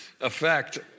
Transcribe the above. effect